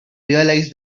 realize